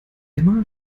emma